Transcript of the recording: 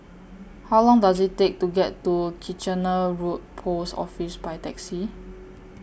How Long Does IT Take to get to Kitchener Road Post Office By Taxi